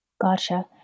Gotcha